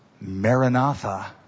Maranatha